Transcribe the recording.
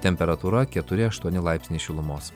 temperatūra keturi aštuoni laipsniai šilumos